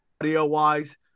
audio-wise